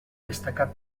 destacar